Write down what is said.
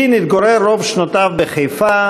לין התגורר רוב שנותיו בחיפה,